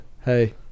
Hey